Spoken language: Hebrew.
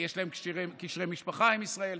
יש להם קשרי משפחה עם ישראל?